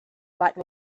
like